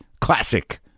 classic